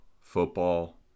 football